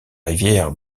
rivière